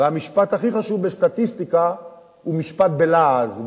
והמשפט הכי חשוב בסטטיסטיקה הוא משפט בלעז.